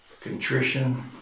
contrition